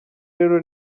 rero